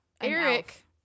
Eric